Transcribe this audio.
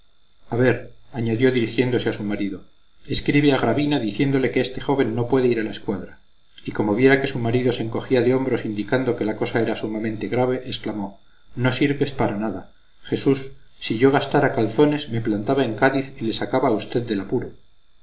a ver añadió dirigiéndose a su marido escribe a gravina diciéndole que este joven no puede ir a la escuadra y como viera que su marido se encogía de hombros indicando que la cosa era sumamente grave exclamó no sirves para nada jesús si yo gastara calzones me plantaba en cádiz y le sacaba a usted del apuro